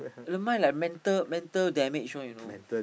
the mind like mental mental damage on you know